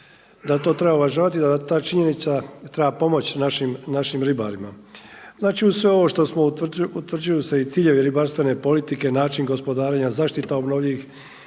da to treba uvažavati i da ta činjenica treba pomoći našim ribarima. Znači uz sve ovo utvrđuju se i ciljevi ribarstvene politike, način gospodarenja, zaštita obnovljivih